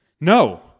No